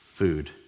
food